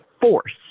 force